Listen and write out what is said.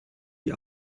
die